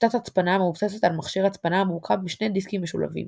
שיטת הצפנה המבוססת על מכשיר הצפנה המורכב משני דיסקים משולבים